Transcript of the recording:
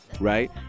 right